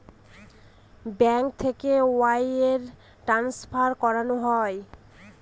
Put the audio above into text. bank থেকে wire transfer করানো হয়